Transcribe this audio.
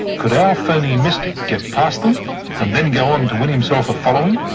could our phoney mystic get past them and then go on to win himself a following?